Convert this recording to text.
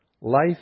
life